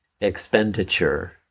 expenditure